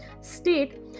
state